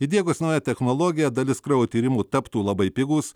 įdiegus naują technologiją dalis kraujo tyrimų taptų labai pigūs